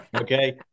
Okay